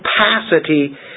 capacity